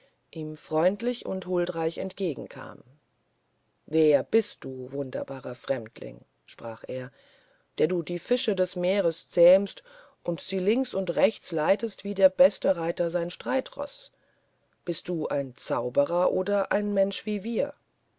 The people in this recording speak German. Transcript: ihm freundlich und huldreich entgegenkam wer bist du wunderbarer fremdling sprach er der du die fische des meeres zähmst und sie links und rechts leitest wie der beste reiter sein streitroß bist du ein zauberer oder ein mensch wie wir